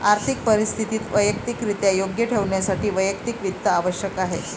आर्थिक परिस्थिती वैयक्तिकरित्या योग्य ठेवण्यासाठी वैयक्तिक वित्त आवश्यक आहे